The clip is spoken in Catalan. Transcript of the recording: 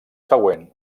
següent